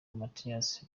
mathias